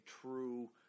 true